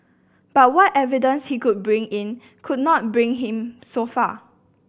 but what evidence he could bring in could not bring him so far